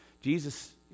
Jesus